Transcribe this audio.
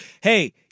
hey